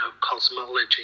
cosmology